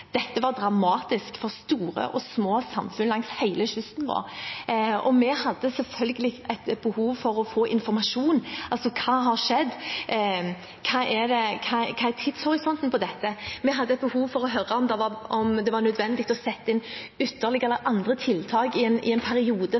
dette var dramatisk for store og små samfunn langs hele kysten vår. Vi hadde selvfølgelig behov for å få informasjon: Hva har skjedd? Hva er tidshorisonten på dette? Vi hadde behov for å høre om det var nødvendig å sette inn ytterligere eller andre tiltak i en